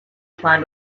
plan